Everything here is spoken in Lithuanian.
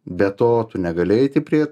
be to tu negali eiti prie